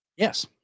Yes